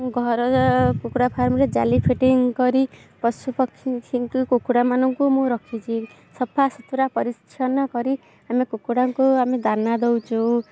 ଘର କୁକୁଡ଼ା ଫାର୍ମରେ ଜାଲି ଫିଟିଂ କରି ପଶୁ ପକ୍ଷୀଙ୍କୁ କୁକୁଡ଼ା ମାନଙ୍କୁ ମୁଁ ରଖିଛି ସଫା ସୁତୁରା ପରିଚ୍ଛନ୍ନ କରି ଆମେ କୁକୁଡ଼ାଙ୍କୁ ଆମେ ଦାନା ଦେଉଛୁ